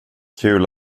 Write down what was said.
kul